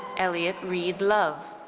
elliott reid love.